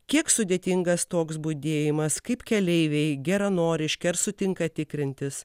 kiek sudėtingas toks budėjimas kaip keleiviai geranoriški ar sutinka tikrintis